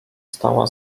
stała